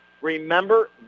Remember